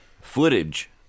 footage